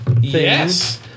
Yes